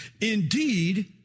Indeed